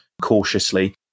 cautiously